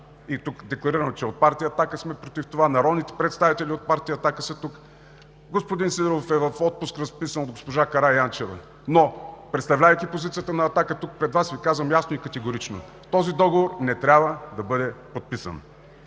и тук е декларирано, че от партия „Атака“ сме против това. Народните представители от партия „Атака“ са тук. Господин Сидеров е в отпуск, разписан от госпожа Караянчева, но представлявайки позицията на „Атака“ тук, пред Вас, Ви казвам ясно и категорично: този договор не трябва да бъде подписан.